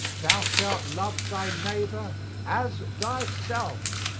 thou shalt love thy neighbor as thyself,